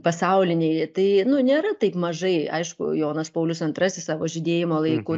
pasauliniai tai nėra taip mažai aišku jonas paulius antrasis savo žydėjimo laiku